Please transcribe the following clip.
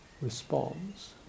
responds